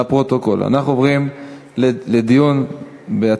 9, אין מתנגדים, נמנע אחד.